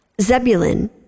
Zebulun